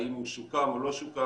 האם הוא שוקם או לא שוקם?